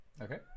Okay